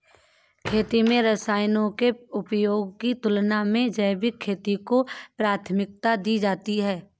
खेती में रसायनों के उपयोग की तुलना में जैविक खेती को प्राथमिकता दी जाती है